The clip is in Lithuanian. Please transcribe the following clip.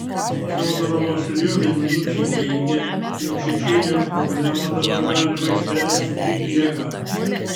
fiodorovas ir jo vienminčiai teigia jog čečėnijos problemą dabar galima išspręsti tik jėga